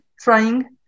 trying